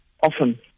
Often